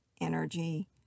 energy